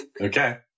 Okay